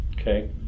Okay